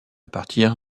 partir